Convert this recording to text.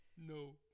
No